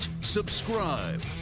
subscribe